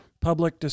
public